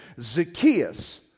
Zacchaeus